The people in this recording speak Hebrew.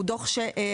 הוא דוח חשוב.